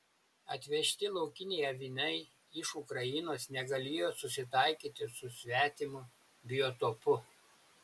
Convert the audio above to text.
atvežti laukiniai avinai iš ukrainos negalėjo susitaikyti su svetimu biotopu